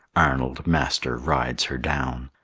arnold, master, rides her down.